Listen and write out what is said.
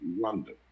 London